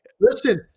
Listen